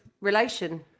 relation